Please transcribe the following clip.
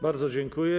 Bardzo dziękuję.